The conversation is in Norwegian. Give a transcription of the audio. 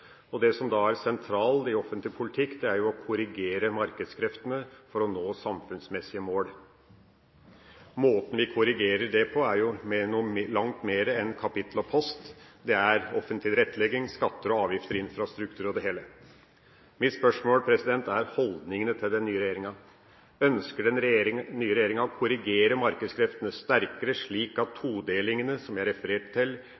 Det som da er sentralt i offentlig politikk, er å korrigere markedskreftene for å nå samfunnsmessige mål. Måten vi korrigerer det på, er gjennom langt mer enn kapittel og post, det er offentlig tilrettelegging, skatter og avgifter, infrastruktur og det hele. Mitt spørsmål gjelder holdningene til den nye regjeringa. Ønsker den nye regjeringa å korrigere markedskreftene sterkere, slik at todelinga jeg refererte til,